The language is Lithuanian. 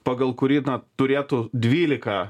pagal kurį turėtų dvylika